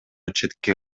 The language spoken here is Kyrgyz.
четке